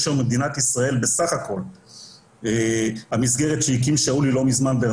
אני רוצה לומר דבר נוסף כדי שנבין את האבסורד כפי שציין שאול ברמת